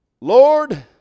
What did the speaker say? Lord